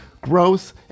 growth